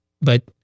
but-